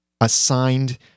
assigned